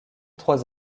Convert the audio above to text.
trois